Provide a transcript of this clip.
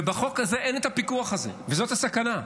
ובחוק הזה אין הפיקוח הזה, וזאת הסכנה,